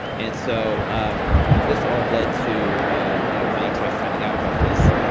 and so um this all led to ah you know my ex wife finding out about this.